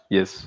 Yes